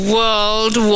World